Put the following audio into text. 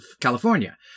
California